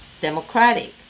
democratic